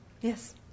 Yes